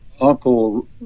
uncle